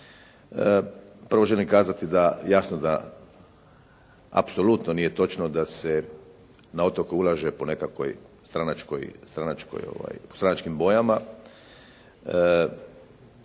Prvo želim kazati da, jasno da apsolutno nije točno da se na otok ulaže po nekakvoj stranačkoj,